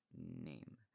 name